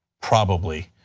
probably.